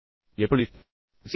அதை நீங்கள் எப்படிச் செய்கிறீர்கள்